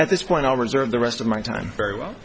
at this point i'll reserve the rest of my time very well